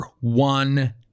one